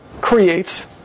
creates